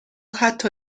حتی